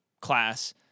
class